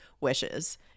wishes